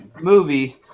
movie